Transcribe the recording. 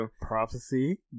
prophecy